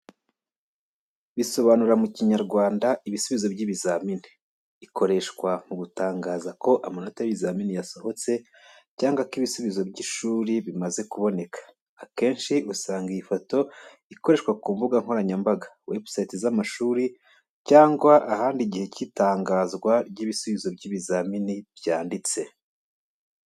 Bisobanura mu Kinyarwanda "Ibisubizo by'ibizamini. Ikoreshwa mu gutangaza ko amanota y’ibizamini yasohotse, cyangwa ko ibisubizo by’ishuri bimaze kuboneka. Akenshi usanga iyi foto ikoreshwa ku mbuga nkoranyambaga, websites z’amashuri, cyangwa ahandi igihe cy’itangazwa ry’ibisubizo by’ibizamini byanditse.